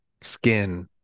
skin